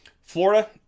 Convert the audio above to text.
Florida